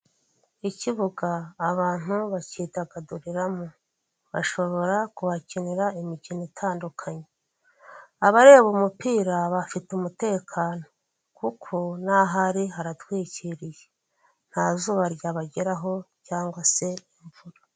Ikibuga abantu bakidagaduriramo bashobora kuhakinira imikino itandukanye, abareba umupira bafite umutekano kuko naho ari haratwikiriye nta zuba ryabageraho cyangwa se imvura.